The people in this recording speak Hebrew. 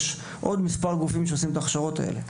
יש עוד מספר גופים שעושים את ההכשרות האלה,